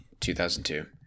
2002